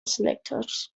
selectors